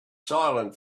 silent